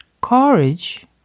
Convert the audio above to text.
Courage